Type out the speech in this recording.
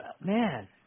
man –